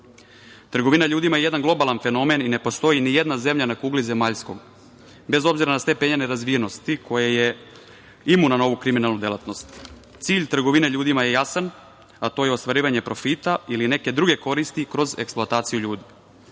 Trgovina ljudima je jedan globalan fenomen i ne postoji nijedna zemlja na kugli zemaljskoj, bez obzira na stepen njene razvijenosti, koja je imuna na ovu kriminalnu delatnost. Cilj trgovine ljudima je jasan, a to je ostvarivanje profita ili neke druge koristi kroz eksploataciju ljudi.